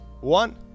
one